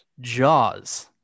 Jaws